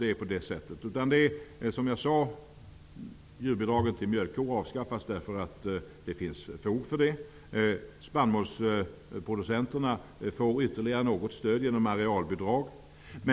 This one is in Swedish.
Som jag sade, avskaffas djurbidraget till mjölkkor därför att det finns fog för det. Spannmålsproducenterna får ytterligare något stöd genom arealbidrag.